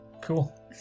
Cool